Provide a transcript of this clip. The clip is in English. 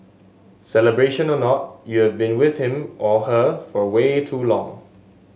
celebration or not you've been with him or her for way too long